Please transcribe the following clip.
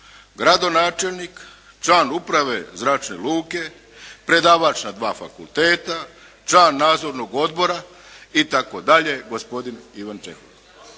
gradonačelnik, član uprave zračne luke, predavač na dva fakulteta, član Nadzornog odbora i tako dalje gospodin Ivan Čehok.